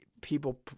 people